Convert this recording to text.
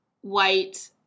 white